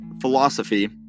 philosophy